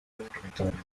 dormitorio